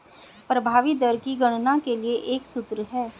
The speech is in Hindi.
प्रभावी दर की गणना के लिए एक सूत्र है